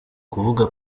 kuvuga